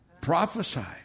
Prophesy